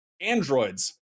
androids